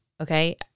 Okay